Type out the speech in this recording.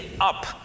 up